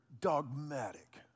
dogmatic